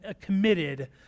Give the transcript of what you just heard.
committed